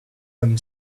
them